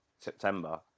September